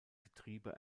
getriebe